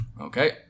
Okay